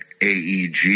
AEG